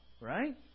right